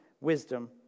wisdom